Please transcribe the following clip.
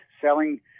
selling